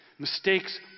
Mistakes